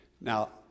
Now